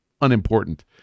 unimportant